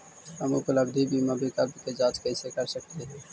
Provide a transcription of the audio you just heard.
हम उपलब्ध बीमा विकल्प के जांच कैसे कर सकली हे?